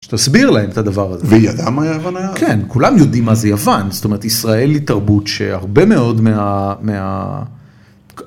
תסביר להם את הדבר הזה, כולם יודעים מה זה יוון זאת אומרת ישראלי תרבות שהרבה מאוד מה.